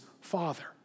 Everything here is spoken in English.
father